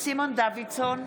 סימון דוידסון,